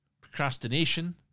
Procrastination